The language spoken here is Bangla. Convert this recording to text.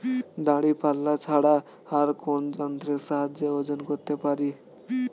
দাঁড়িপাল্লা ছাড়া আর কোন যন্ত্রের সাহায্যে ওজন করতে পারি?